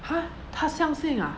!huh! 她相信 ah